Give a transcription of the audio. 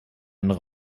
einen